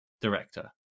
director